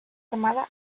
armada